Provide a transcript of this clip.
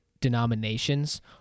denominations